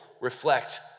reflect